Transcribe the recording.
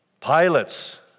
Pilots